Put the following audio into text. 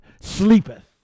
sleepeth